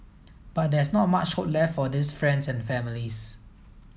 but there's not much hope left for these friends and families